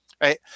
Right